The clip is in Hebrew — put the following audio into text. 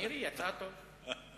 מירי יצאה טוב.